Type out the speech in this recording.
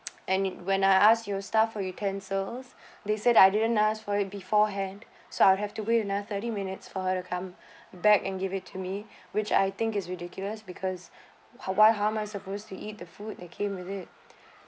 and it when I asked your staff for utensils they said I didn't asked for it beforehand so I'll have to wait another thirty minutes for her to come back and give it to me which I think is ridiculous because how why how am I supposed to eat the food that came with it